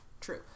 true